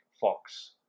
Fox